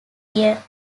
year